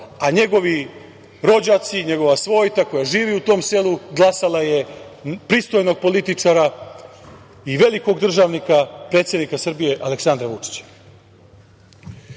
a njegovi rođaci, njegova svojta koji žive u tom selu, glasala je za pristojnog političara i velikog državnika predsednika Srbije Aleksandra Vučića. Osvrnuo